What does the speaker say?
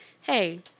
hey